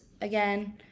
again